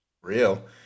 Real